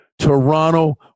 Toronto